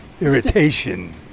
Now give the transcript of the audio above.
Irritation